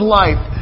life